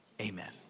amen